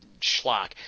Schlock